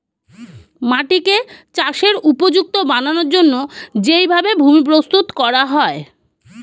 মাটিকে চাষের উপযুক্ত বানানোর জন্যে যেই ভাবে ভূমি প্রস্তুত করা হয়